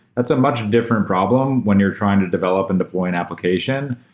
that's a much different problem when you're trying to develop and deploy an application.